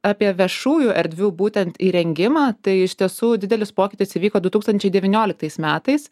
apie viešųjų erdvių būtent įrengimą tai iš tiesų didelis pokytis įvyko du tūkstančiai devynioliktais metais